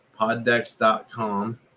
poddex.com